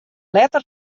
letter